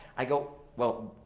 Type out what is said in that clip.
i go, well,